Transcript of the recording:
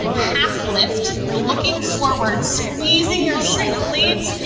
half lift, you're looking forward, squeezing your shoulder blades,